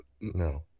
no